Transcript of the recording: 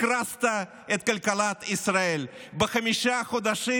הקרסת את כלכלת ישראל בחמישה חודשים.